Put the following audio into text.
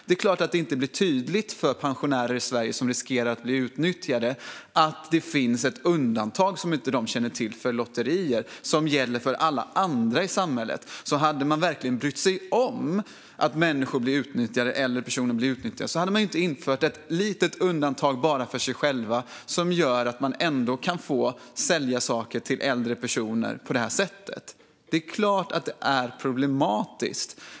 Det är klart att det inte blir tydligt för pensionärer i Sverige som riskerar att bli utnyttjade att det finns ett undantag som de inte känner till för lotterier som gäller för alla andra i samhället. Om man verkligen hade brytt sig om att människor blir utnyttjade hade man inte infört ett litet undantag bara för sig själva som gör att man får sälja saker till äldre personer på det här sättet. Det är klart att det är problematiskt.